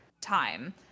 time